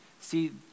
See